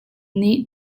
nih